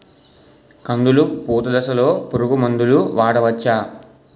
కందులు పూత దశలో పురుగు మందులు వాడవచ్చా?